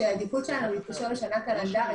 והעדיפות שלנו היא להתקשר בשנה קלנדרית